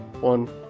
One